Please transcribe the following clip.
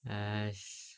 !hais!